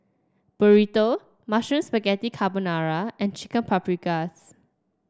Burrito Mushroom Spaghetti Carbonara and Chicken Paprikas